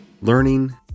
Learning